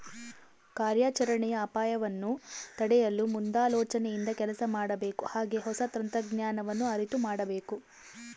ಕಾರ್ಯಾಚರಣೆಯ ಅಪಾಯಗವನ್ನು ತಡೆಯಲು ಮುಂದಾಲೋಚನೆಯಿಂದ ಕೆಲಸ ಮಾಡಬೇಕು ಹಾಗೆ ಹೊಸ ತಂತ್ರಜ್ಞಾನವನ್ನು ಅರಿತು ಮಾಡಬೇಕು